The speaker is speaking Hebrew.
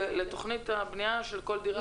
לתכנית הבנייה של כל דירה?